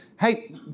hey